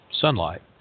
sunlight